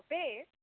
Bhabesh